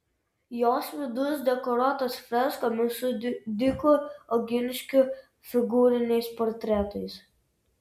jos vidus dekoruotas freskomis su didikų oginskių figūriniais portretais